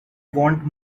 want